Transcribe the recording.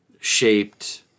shaped